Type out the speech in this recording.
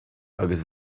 agus